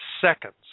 seconds